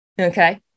Okay